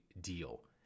deal